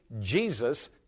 Jesus